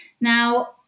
Now